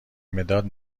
مداد